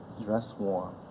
dress warm,